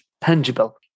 tangible